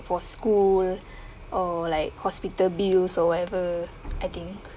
for school or like hospital bills or whatever I think